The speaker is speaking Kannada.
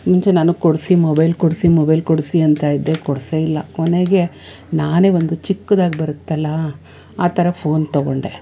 ಮುಂಚೆ ನನಗೆ ಕೊಡಿಸಿ ಮೊಬೈಲ್ ಕೊಡಿಸಿ ಮೊಬೈಲ್ ಕೊಡಿಸಿ ಅಂತ ಇದ್ದೆ ಕೊಡಿಸೇ ಇಲ್ಲ ಕೊನೆಗೆ ನಾನೇ ಒಂದು ಚಿಕ್ಕದಾಗಿ ಬರುತ್ತೆಲ್ಲ ಆ ಥರ ಫೋನ್ ತೊಗೊಂಡೆ